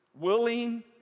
willing